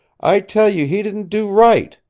i tell you he didn't do right!